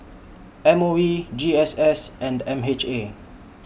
M O E G S S and M H A